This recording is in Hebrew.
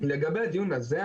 לגבי הדיון הזה,